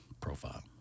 profile